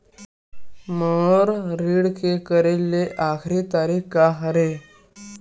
मोर ऋण के करे के आखिरी तारीक का हरे?